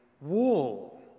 wall